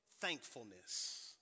thankfulness